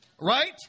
Right